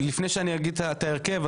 לפני שאני אגיד את ההרכב,